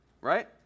right